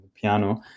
piano